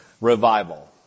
revival